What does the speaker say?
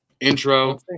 intro